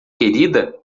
querida